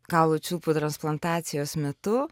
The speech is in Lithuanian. kaulų čiulpų transplantacijos metu